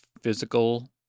physical